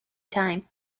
time